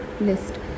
list